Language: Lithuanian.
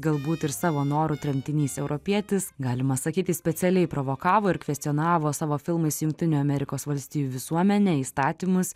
galbūt ir savo noru tremtinys europietis galima sakyti specialiai provokavo ir kvestionavo savo filmais jungtinių amerikos valstijų visuomenę įstatymus